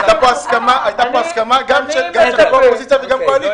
הייתה פה הסכמה גם של קואליציה וגם של אופוזיציה.